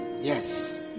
Yes